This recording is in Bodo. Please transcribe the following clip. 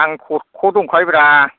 आं ख' ख' दंखायोब्रा